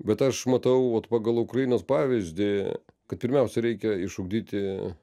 bet aš matau vot pagal ukrainos pavyzdį kad pirmiausia reikia išugdyti